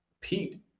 Pete